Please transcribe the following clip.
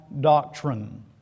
doctrine